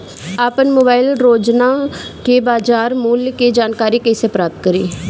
आपन मोबाइल रोजना के बाजार मुल्य के जानकारी कइसे प्राप्त करी?